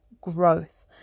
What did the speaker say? growth